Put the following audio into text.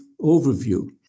overview